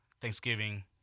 Thanksgiving